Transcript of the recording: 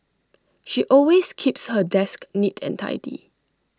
she always keeps her desk neat and tidy